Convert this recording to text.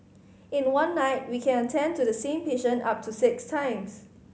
in one night we can attend to the same patient up to six times